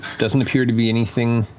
doesn't appear to be anything.